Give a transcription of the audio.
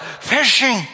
fishing